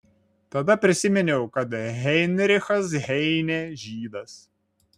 tada prisiminiau kad heinrichas heinė žydas